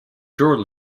journal